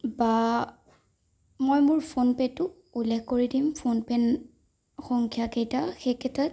বা মই মোৰ ফোন পে'টো উল্লেখ কৰি দিম ফোন পে' সংখ্যাকেইটা সেইকেইটাত